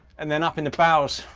and then up in the bows,